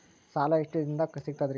ಸಾಲಾ ಎಷ್ಟ ದಿಂನದಾಗ ಸಿಗ್ತದ್ರಿ?